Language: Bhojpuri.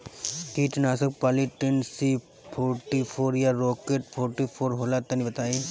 कीटनाशक पॉलीट्रिन सी फोर्टीफ़ोर या राकेट फोर्टीफोर होला तनि बताई?